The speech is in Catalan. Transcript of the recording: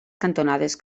cantonades